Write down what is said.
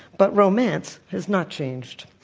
but romance has not changed.